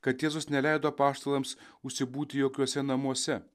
kad jėzus neleido apaštalams užsibūti jokiuose namuose